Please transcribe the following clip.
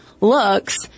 looks